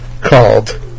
called